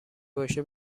باشه